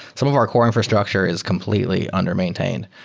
some of our core infrastructure is completely under maintained.